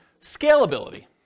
Scalability